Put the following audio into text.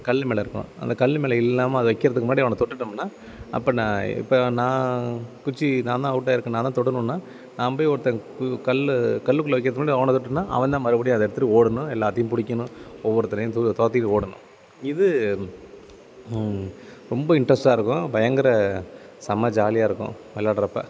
கல்லுமேலே இருக்கணும் அந்த கல்லுமேலே இல்லாமல் அதை வைக்கிறதுக்கு முன்னாடி அவனை தொட்டுட்டோம்ன்னா அப்போ நான் இப்போ நான் குச்சி நான்தான் அவுட்டாகியிருக்கேன் நான்தான் தொடணும்ன்னா நான் போய் ஒருத்தனுக்கு பு கல் கல்லுக்குள்ளே வைக்கிறதுக்கு முன்னாடி அவனை தொட்டுடோட்டனா அவன்தான் மறுபடியும் அதை எடுத்துகிட்டு ஓடணும் எல்லாத்தையும் பிடிக்கணும் ஒவ்வொருத்தரையும் து தொரத்திக்கிட்டு ஓடணும் இது ரொம்ப இன்டரஸ்ட்டாக இருக்கும் பயங்கர செம்ம ஜாலியாக இருக்கும் விளையாட்றப்ப